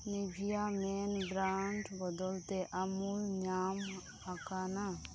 ᱱᱤᱵᱷᱤᱭᱟ ᱢᱮᱱ ᱵᱽᱨᱟᱸᱰ ᱵᱚᱫᱚᱞ ᱛᱮ ᱟᱢᱩᱞ ᱧᱟᱢ ᱟᱠᱟᱱᱟ